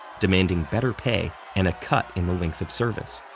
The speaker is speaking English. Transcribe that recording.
demanding better pay and a cut in the length of service.